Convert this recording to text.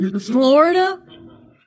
Florida